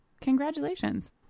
congratulations